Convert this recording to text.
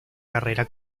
carrera